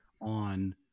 on